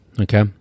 okay